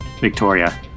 Victoria